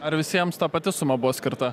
ar visiems ta pati suma buvo skirta